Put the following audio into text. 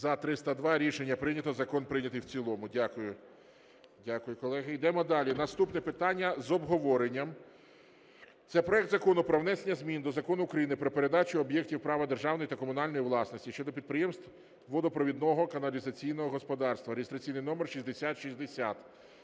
За-302 Рішення прийнято. Закон прийнятий в цілому. Дякую. Дякую, колеги. Йдемо далі. Наступне питання з обговоренням – це проект Закону про внесення змін до Закону України "Про передачу об’єктів права державної та комунальної власності" щодо підприємств водопровідно-каналізаційного господарства (реєстраційний номер 6060).